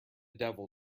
devil